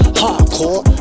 hardcore